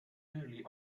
early